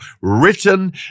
written